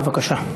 בבקשה.